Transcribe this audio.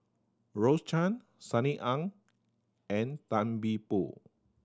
Rose Chan Sunny Ang and Tan See Boo